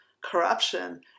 corruption